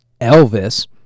Elvis